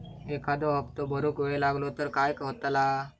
एखादो हप्तो भरुक वेळ लागलो तर काय होतला?